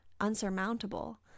unsurmountable